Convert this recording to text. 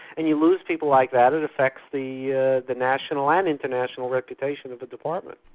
and you lose people like that, it affects the yeah the national and international reputation of the department.